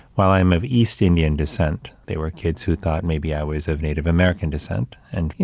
while i'm of east indian descent, there were kids who thought maybe i always have native american descent, and you